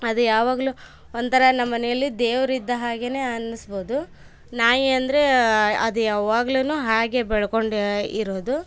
ಅದು ಯಾವಾಗ್ಲು ಒಂಥರ ನಮ್ಮನೆಯಲ್ಲಿ ದೇವರಿದ್ದ ಹಾಗೇ ಅನ್ನಿಸ್ಬೋದು ನಾಯಿ ಅಂದರೆ ಅದ್ಯಾವಾಗ್ಲೂ ಹಾಗೆ ಬೆಳ್ಕೊಂಡೆ ಇರೋದು